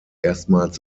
erstmals